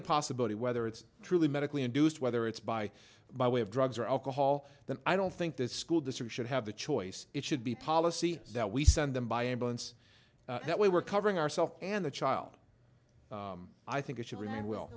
a possibility whether it's truly medically induced whether it's by by way of drugs or alcohol then i don't think that school district should have the choice it should be policy that we send them by ambulance that we were covering ourself and the child i think it should remain will